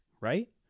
right